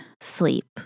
sleep